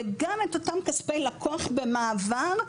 וגם את אותם כספי לקוח במעבר,